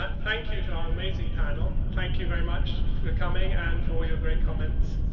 but thank you to our amazing panel. thank you very much for coming and for your great comments.